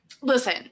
listen